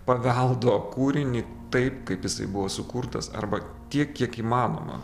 paveldo kūrinį taip kaip jisai buvo sukurtas arba tiek kiek įmanoma